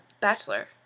Bachelor